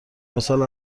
مثال